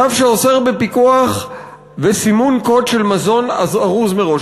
צו שעוסק בפיקוח ובסימון קוד של מזון ארוז מראש.